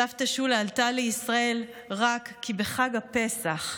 סבתא שולה עלתה לישראל רק כי בחג הפסח,